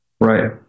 Right